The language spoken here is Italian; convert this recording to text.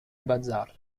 bazar